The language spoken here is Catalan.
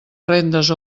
rendes